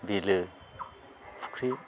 बिलो फुख्रि